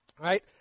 Right